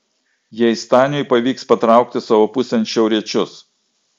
jei staniui pavyks patraukti savo pusėn šiauriečius